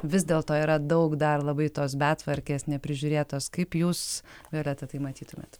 vis dėl to yra daug dar labai tos betvarkės neprižiūrėtos kaip jūs violeta tai matytumėte